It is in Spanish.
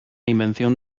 invención